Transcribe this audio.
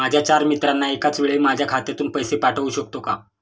माझ्या चार मित्रांना एकाचवेळी माझ्या खात्यातून पैसे पाठवू शकतो का?